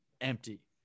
Empty